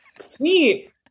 sweet